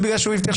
בפני